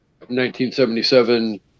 1977